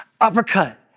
Uppercut